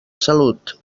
salut